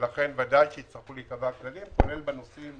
ולכן ודאי שיצטרכו להיקבע כללים, כולל בנושאים